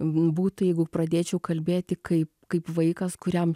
būtų jeigu pradėčiau kalbėti kaip kaip vaikas kuriam